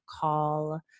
call